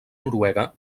noruega